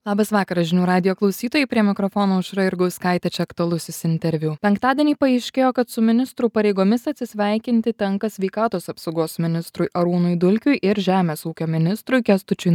labas vakaras žinių radijo klausytojai prie mikrofono aušra jurgauskaitė čia aktualusis interviu penktadienį paaiškėjo kad su ministrų pareigomis atsisveikinti tenka sveikatos apsaugos ministrui arūnui dulkiui ir žemės ūkio ministrui kęstučiui